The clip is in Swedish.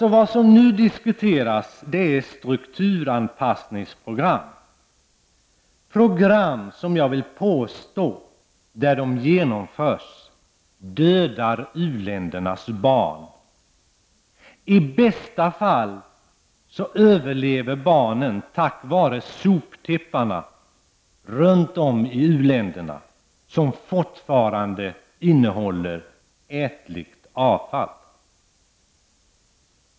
Vad som nu diskuteras är strukturanpassningsprogram, program som, om de genomförs, jag skulle vilja påstå dödar u-ländernas barn. I bästa fall överlever de tack vare soptipparna som fortfarande innehåller ätligt avfall.